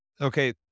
okay